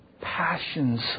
Passions